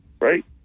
Right